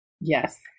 Yes